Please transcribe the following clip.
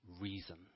reason